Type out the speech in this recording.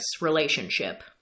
relationship